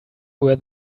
where